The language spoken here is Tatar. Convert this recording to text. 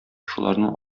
шуларның